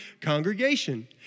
congregation